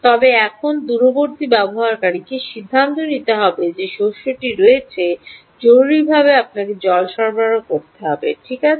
তবে এখন দূরবর্তী ব্যবহারকারীর সিদ্ধান্ত নিতে হবে যে শস্যটি রয়েছে জরুরীভাবে আপনাকে জল সরবরাহ করতে হবে ঠিক আছে